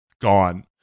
gone